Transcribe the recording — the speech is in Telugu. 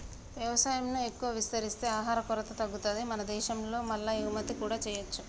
వ్యవసాయం ను ఎక్కువ విస్తరిస్తే ఆహార కొరత తగ్గుతది మన దేశం లో మల్ల ఎగుమతి కూడా చేయొచ్చు